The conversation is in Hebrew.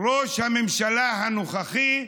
של אפליה.